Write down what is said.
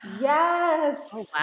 yes